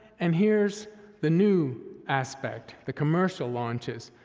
and here's the new aspect, the commercial launches,